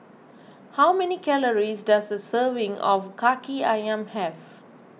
how many calories does a serving of Kaki Ayam have